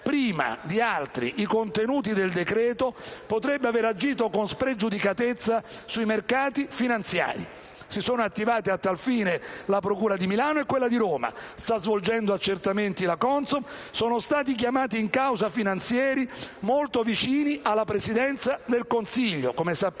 prima di altri i contenuti del decreto, potrebbe aver agito con spregiudicatezza sui mercati finanziari. Si sono attivati a tal fine la procura di Milano e quella di Roma; sta svolgendo accertamenti la CONSOB; sono stati chiamati in causa finanzieri molto vicini alla Presidenza del Consiglio, come tutti sappiamo.